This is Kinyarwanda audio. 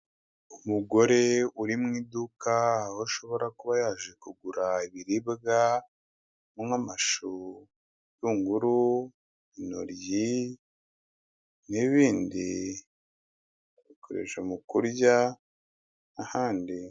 Umugore uri mu iduka, aho ashobora kuba yaje kugura ibiribwa, nk'amashu, ubutunguru, intoryi n'ibindi bikoresho mu kurya ahandi.